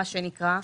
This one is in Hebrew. מה שנקרא,